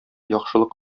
яхшылык